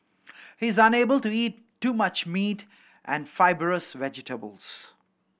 he is unable to eat too much meat and fibrous vegetables